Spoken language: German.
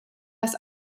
dass